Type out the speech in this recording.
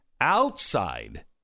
Outside